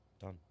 Done